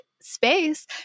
space